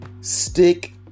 Stick